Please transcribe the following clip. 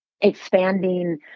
expanding